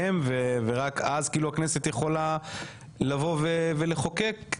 איתה ורק אז הכנסת יכולה לבוא ולחוקק.